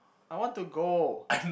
I want to go